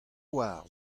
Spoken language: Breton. oar